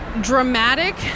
dramatic